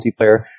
multiplayer